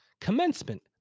Commencement